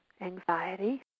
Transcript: Anxiety